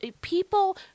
People